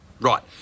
Right